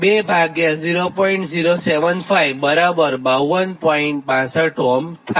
તે જ રીતે આ 150 km લાંબી લાઇન છે